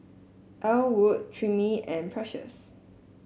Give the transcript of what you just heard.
Ellwood Timmie and Precious